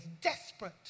desperate